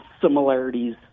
similarities